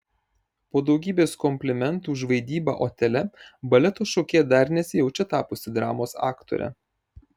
po daugybės komplimentų už vaidybą otele baleto šokėja dar nesijaučia tapusi dramos aktore